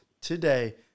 today